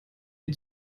die